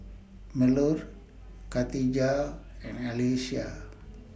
Melur Khatijah and Alyssa